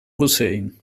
hussein